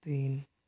तीन